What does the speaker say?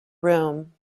room